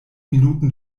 minuten